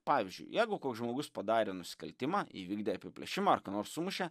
pavyzdžiui jeigu koks žmogus padarė nusikaltimą įvykdė apiplėšimą ar ką nors sumušė